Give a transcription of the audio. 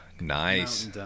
nice